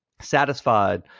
satisfied